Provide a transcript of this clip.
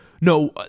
No